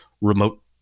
remote